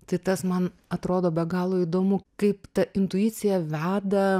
tai tas man atrodo be galo įdomu kaip ta intuicija veda